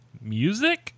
music